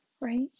Right